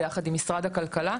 ויחד עם משרד הכלכלה.